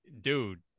dude